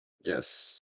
Yes